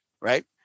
Right